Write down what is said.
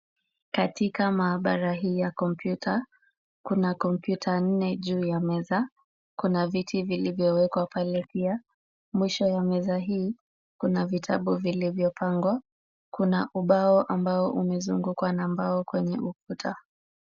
Katika maabara hii ya kompyuta, kuna kompyuta nne juu ya meza. Kuna vitu vilivyowekwa pale pia. Mwisho wa meza hii kuna vitabu vilivyopangwa. Kuna ubao uliozungukwa na ambao kwenye ukuta.